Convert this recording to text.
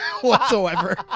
whatsoever